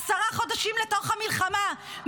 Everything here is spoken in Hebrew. עשרה חודשים לתוך המלחמה,